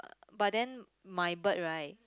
but then my bird right